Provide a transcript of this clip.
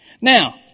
Now